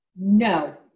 No